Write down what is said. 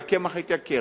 והקמח התייקר,